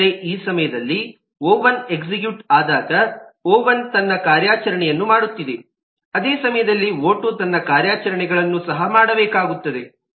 ಏಕೆಂದರೆ ಈ ಸಮಯದಲ್ಲಿ ಒ1 ಎಕ್ಸಿಕ್ಯೂಟ್ ಆದಾಗ ಒ1 ತನ್ನ ಕಾರ್ಯಾಚರಣೆಯನ್ನು ಮಾಡುತ್ತಿದೆ ಅದೇ ಸಮಯದಲ್ಲಿ ಒ2 ತನ್ನ ಕಾರ್ಯಾಚರಣೆಗಳನ್ನೂ ಸಹ ಮಾಡಬೇಕಾಗುತ್ತದೆ